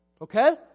okay